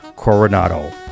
Coronado